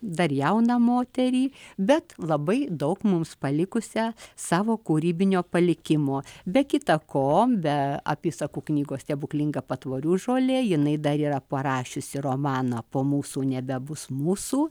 dar jauną moterį bet labai daug mums palikusią savo kūrybinio palikimo be kita ko be apysakų knygos stebuklinga patvorių žolė jinai dar yra parašiusi romaną po mūsų nebebus mūsų